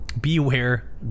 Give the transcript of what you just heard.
beware